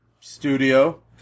Studio